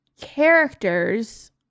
characters